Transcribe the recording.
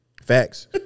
Facts